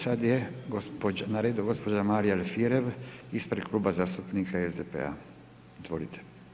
Sad je na redu gospođa Marija Alfirev ispred Kluba zastupnika SDP-a, izvolite.